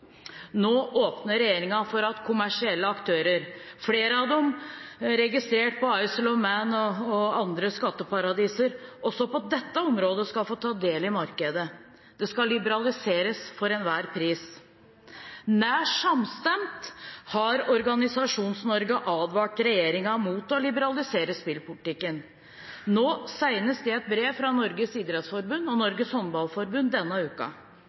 Nå åpner regjeringen for at kommersielle aktører – flere av dem registrert på Isle of Man og andre skatteparadiser – også på dette området skal få ta del i markedet. Det skal liberaliseres for enhver pris. Nær samstemt har Organisasjons-Norge advart regjeringen mot å liberalisere spillpolitikken, senest i et brev fra Norges idrettsforbund og Norges Håndballforbund denne